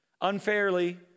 unfairly